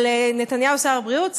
אבל נתניהו שר הבריאות,